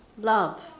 Love